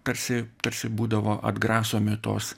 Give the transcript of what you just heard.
tarsi tarsi būdavo atgrasomi tos